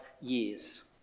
years